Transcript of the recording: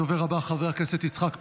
הדובר הבא, חבר הכנסת יצחק פינדרוס,